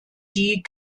die